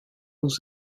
aux